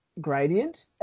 gradient